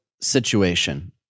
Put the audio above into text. situation